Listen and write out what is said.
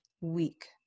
week